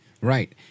Right